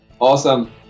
Awesome